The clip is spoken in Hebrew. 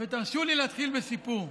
ותרשו לי להתחיל בסיפור.